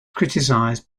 criticized